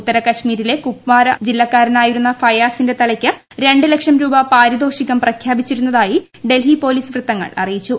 ഉത്തര കശ്മീരിലെ കുപ്പാര ജില്ലകാരനായിരുന്ന ഫയാസീന്റെ തലയ്ക്ക് രണ്ട് ലക്ഷം രൂപ പാരിതോഷികം പ്രഖ്യാപിച്ചിരുന്നതായി ഡൽഹി പോലീസ് വൃത്തങ്ങൾ അറിയിച്ചു